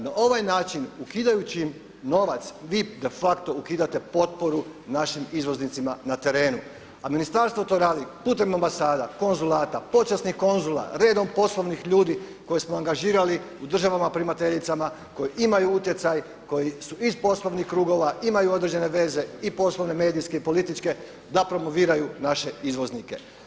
Na ovaj način ukidajući im novac vi de facto ukidate potporu našim izvoznicima na terenu, a ministarstvo to radi putem ambasada, konzulata, počasnih konzula, redom poslovnih ljudi koje smo angažirala u državama primateljicama koji imaju utjecaj, koji su iz poslovnih krugova, imaju određene veze i poslovne, i medijske i političke da promoviraju naše izvoznike.